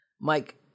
Mike